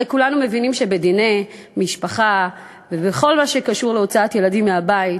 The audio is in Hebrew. הרי כולנו מבינים שבדיני משפחה ובכל הקשור להוצאת ילדים מהבית,